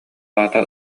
аата